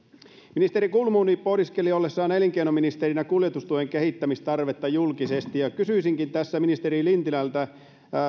ministeri kulmuni pohdiskeli ollessaan elinkeinoministerinä kuljetustuen kehittämistarvetta julkisesti ja kysyisinkin tässä ministeri lintilältä